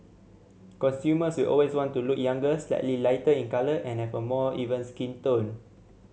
consumers will always want to look younger slightly lighter in colour and have a more even skin tone